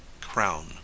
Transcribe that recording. crown